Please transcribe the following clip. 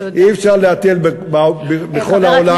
אי-אפשר להתל בכל העולם כל הזמן.